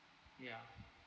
ya